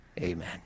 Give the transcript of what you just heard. Amen